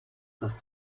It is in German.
dass